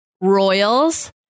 Royals